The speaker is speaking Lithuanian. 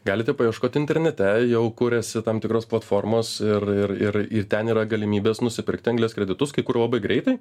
galite paieškoti internete jau kuriasi tam tikros platformos ir ir ir ir ten yra galimybės nusipirkti anglies kreditus kai kur labai greitai